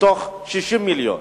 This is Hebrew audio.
מתוך 60 מיליון.